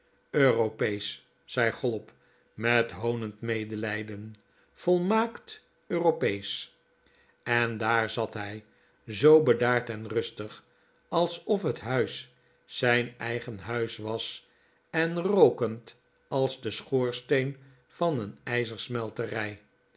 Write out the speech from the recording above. europeesch zei chollop met hoonend medelijden volmaakt europeesch en daar zat hij zoo bedaard en rustig alsof het huis zijn eigen huis was en rookend als de schoorsteen van een ijzersmelterij